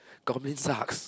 government sucks